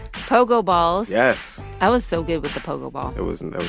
pogo balls yes i was so good with the pogo ball i wasn't.